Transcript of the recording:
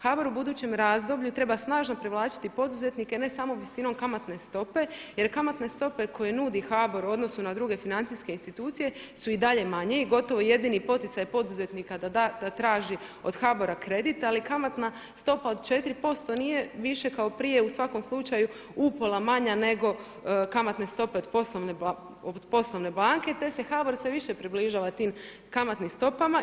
HBOR u budućem razdoblju treba snažno privlačiti poduzetnike ne samo visinom kamatne stope, jer kamatne stope koje nudi HBOR u odnosu na druge financijske institucije su i dalje manje i gotovo jedini poticaj poduzetnika da traži od HBOR-a kredit ali kamatna stopa od 4% nije više kao prije u svakom slučaju upola manja nego kamatne stope od poslovne banke te se HBOR sve više približava tim kamatnim stopama.